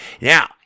Now